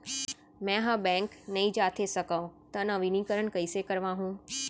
मैं ह बैंक नई जाथे सकंव त नवीनीकरण कइसे करवाहू?